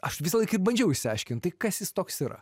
aš visąlaik ir bandžiau išsiaiškint tai kas jis toks yra